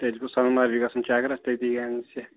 تیٚلہِ گوٚو سونہٕ مرگہِ گژھُن چکرَس تٔتی گٔے اَنٕنۍ سٮ۪کھ